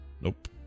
Nope